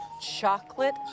chocolate